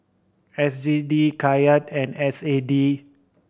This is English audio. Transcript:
S G D Kyat and S A D